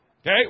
Okay